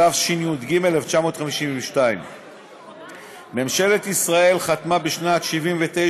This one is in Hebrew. התשי"ג 1952. ממשלת ישראל חתמה בשנת 1979